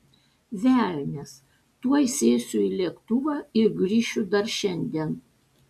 velnias tuoj sėsiu į lėktuvą ir grįšiu dar šiandien